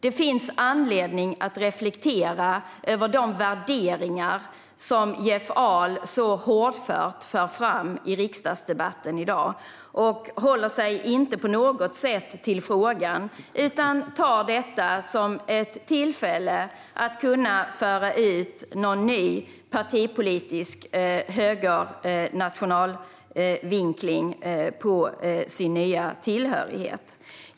Det finns anledning att reflektera över de värderingar som Jeff Ahl så hårdfört för fram i riksdagsdebatten i dag. Han håller sig inte på något sätt till frågan utan tar detta som ett tillfälle att kunna föra ut någon ny partipolitisk höger eller nationalvinkling på sin nya tillhörighet.